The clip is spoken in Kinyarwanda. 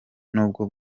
nubwo